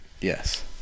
yes